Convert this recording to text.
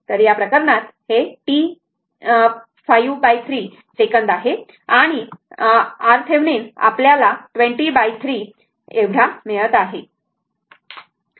तर या प्रकरणात हे τ 53 सेकंद आहे आणि RThevenin आपल्याला 203 असे मिळाले आहे